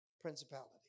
Principality